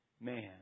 man